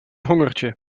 hongertje